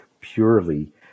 purely